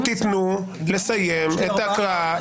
לדבר בתורכם אם תיתנו לסיים את ההקראה.